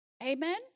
Amen